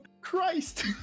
Christ